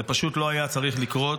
זה פשוט לא היה צריך לקרות.